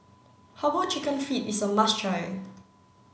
herbal chicken feet is a must try